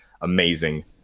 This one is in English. Amazing